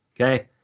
okay